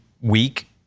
week